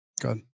good